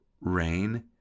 rain